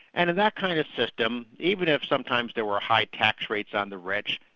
and in that kind of system, even if sometimes there were high tax rates on the rich,